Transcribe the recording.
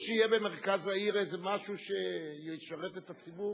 צריך שיהיה במרכז העיר איזה משהו שישרת את הציבור.